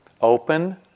open